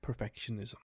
perfectionism